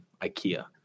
Ikea